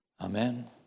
Amen